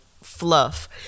fluff